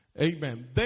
Amen